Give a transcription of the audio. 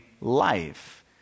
life